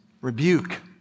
rebuke